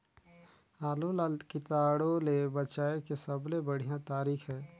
आलू ला कीटाणु ले बचाय के सबले बढ़िया तारीक हे?